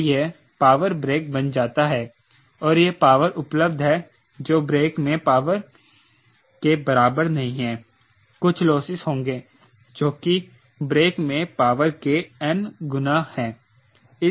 तो यह power brake बन जाता है और यह पावर उपलब्ध है जो ब्रेक में पावर के बराबर नहीं है कुछ लॉसेस होंगे जो की ब्रेक में पावर के n गुणा है